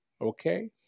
Okay